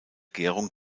gärung